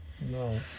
No